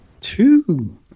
Two